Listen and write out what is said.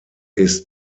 ist